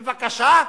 בבקשה,